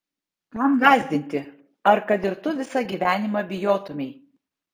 kam gąsdinti ar kad ir tu visą gyvenimą bijotumei